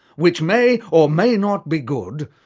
which may or may not be good,